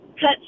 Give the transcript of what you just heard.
cut